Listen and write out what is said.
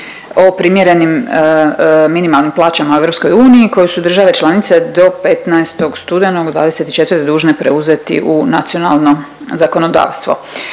o primjernim minimalnim plaćama u EU koje su države članice do 15. studenog '24. dužne preuzeti u nacionalno zakonodavstvo.